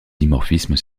dimorphisme